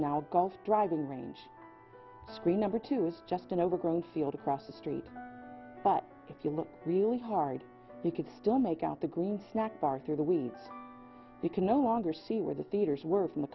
now golf driving range screen number two is just an overgrown field across the street but if you look really hard you could still make out the green snack bar through the week you can no longer see where the theaters were